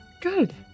Good